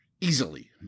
Easily